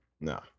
No